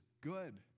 good